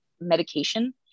medication